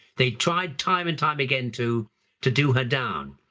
they tried time and time again to to do her down.